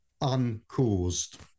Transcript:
uncaused